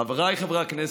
חבריי חברי הכנסת,